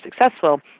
successful